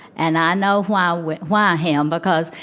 and i know why why him, because,